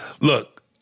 Look